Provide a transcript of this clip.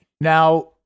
Now